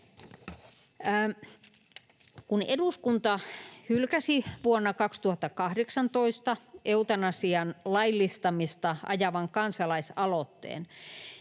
Kun eduskunta hylkäsi vuonna 2018 eutanasian laillistamista ajavan kansalaisaloitteen,